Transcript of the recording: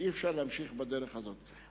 שאי-אפשר להמשיך בדרך הזאת.